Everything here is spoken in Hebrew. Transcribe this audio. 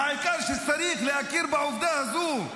העיקר שצריך להכיר בעובדה הזו.